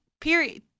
period